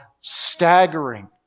staggering